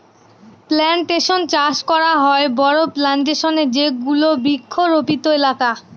plantation চাষ করা হয় বড়ো প্লানটেশনে যেগুলো বৃক্ষরোপিত এলাকা